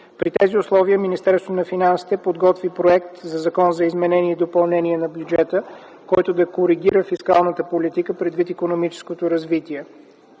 При тези условия Министерството на финансите подготви проект на Закон за изменение и допълнение на бюджета, който да коригира фискалната политика, предвид икономическото развитие.